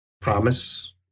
promise